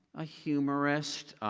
a humorist.